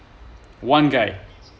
one guy